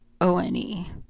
O-N-E